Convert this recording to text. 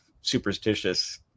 superstitious